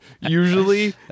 usually